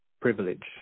privilege